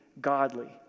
godly